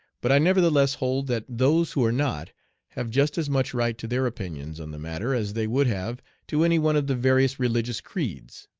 but i nevertheless hold that those who are not have just as much right to their opinions on the matter as they would have to any one of the various religious creeds.